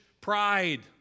pride